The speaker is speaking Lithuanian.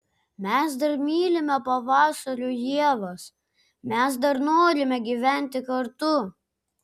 mes dar mylime pavasarių ievas mes dar norime gyventi kartu